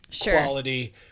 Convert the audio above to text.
quality